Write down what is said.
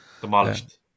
Demolished